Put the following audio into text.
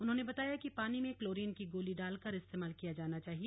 उन्होंने बताया कि पानी में क्लोरीन की गोली डालकर इस्तेमाल किया जाना चाहिए